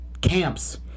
camps